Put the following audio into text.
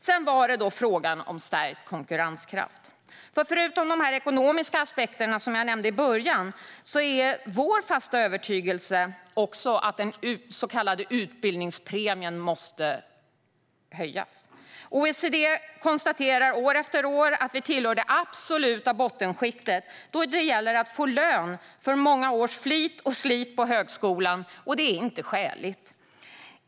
Sedan var det frågan om stärkt konkurrenskraft. Förutom de ekonomiska aspekterna som jag nämnde i början är vår fasta övertygelse att den så kallade utbildningspremien måste höjas. OECD konstaterar år efter år att Sverige tillhör det absoluta bottenskiktet då det gäller att få lön för många års flit och slit på högskolan, och det är inte skäligt.